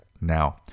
now